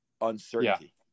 uncertainty